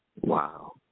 Wow